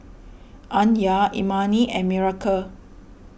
Anya Imani and Miracle